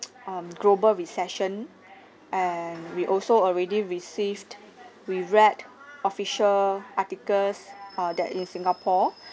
um global recession and we also already received we read official articles uh that in singapore